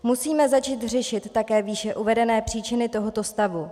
Musíme začít řešit také výše uvedené příčiny tohoto stavu.